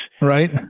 Right